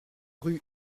rue